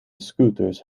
scooters